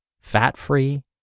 fat-free